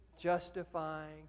justifying